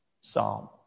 psalm